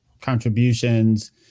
contributions